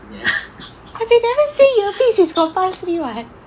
but you never say your face is purposely [what]